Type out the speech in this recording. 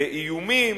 לאיומים.